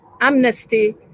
amnesty